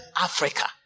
Africa